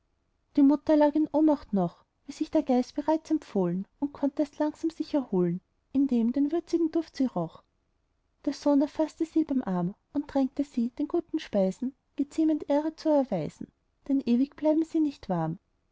die mutter lag in ohnmacht noch wie sich der geist bereits empfohlen und konnt erst langsam sich erholen indem den würzigen duft sie roch der sohn erfaßte sie beim arm und drängte sie den guten speisen geziemend ehre zu erweisen denn ewig blieben sie nicht warm